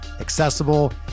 accessible